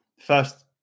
first